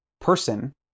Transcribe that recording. person